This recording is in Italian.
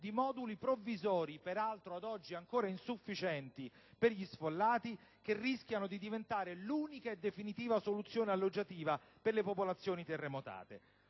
per gli sfollati, peraltro ad oggi ancora insufficienti e che rischiano di diventare l'unica e definitiva soluzione alloggiativa per le popolazioni terremotate.